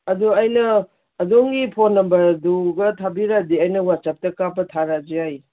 ꯑꯗꯨ ꯑꯩꯅ ꯑꯗꯣꯝꯒꯤ ꯐꯣꯟ ꯅꯝꯕꯔꯗꯨꯒ ꯊꯥꯕꯤꯔꯗꯤ ꯑꯩꯅ ꯋꯥꯆꯞꯇ ꯀꯥꯞꯄ ꯊꯥꯔꯛꯑꯁꯨ ꯌꯥꯏꯌꯦ